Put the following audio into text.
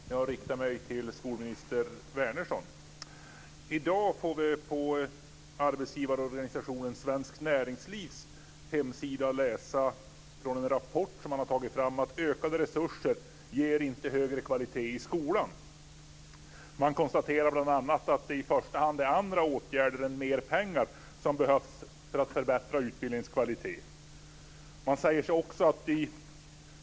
Fru talman! Jag riktar mig till skolminister Wärnersson. I dag får vi på arbetsgivarorganisationen Svenskt Näringslivs hemsida läsa i en rapport man har tagit fram att ökade resurser inte ger högre kvalitet i skolan. Man konstaterar bl.a. att det i första hand är andra åtgärder än mer pengar som behövs för att förbättra utbildningens kvalitet.